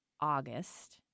August